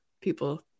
people